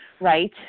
right